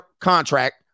contract